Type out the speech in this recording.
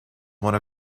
one